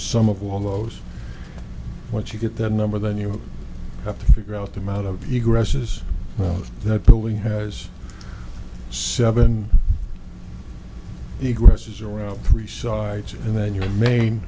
some of all those once you get that number then you have to figure out the amount of eager esus that building has seven the grass is around three sides and then your main